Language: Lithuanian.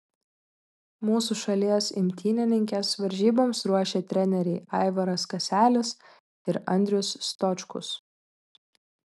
mūsų šalies imtynininkes varžyboms ruošė treneriai aivaras kaselis ir andrius stočkus